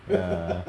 ya